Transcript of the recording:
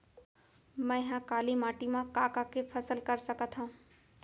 मै ह काली माटी मा का का के फसल कर सकत हव?